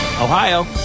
Ohio